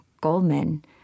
Goldman